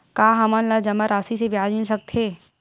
का हमन ला जमा राशि से ब्याज मिल सकथे?